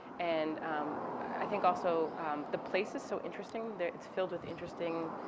and um i think also the place is so interesting, it's filled with interesting